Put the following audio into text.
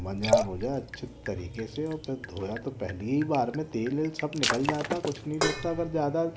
माँजा मूँजा अच्छे तरीक़े से और फिर धोया तो पहली ही बार में तेल वेल सब निकल जाता है कुछ नहीं रहता अगर ज़्यादा